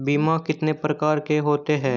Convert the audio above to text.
बीमा कितने प्रकार के होते हैं?